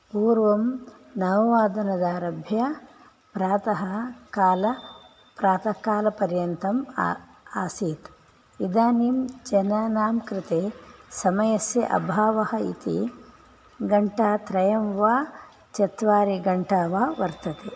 पूर्वं नववादनदारभ्य प्रातः काल प्रातःकालपर्यन्तम् आ आसीत् इदानीं जनानां कृते समयस्य अभावः इति घण्टात्रयं वा चत्वारि घण्टा वा वर्तते